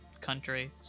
country